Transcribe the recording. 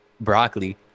broccoli